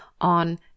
on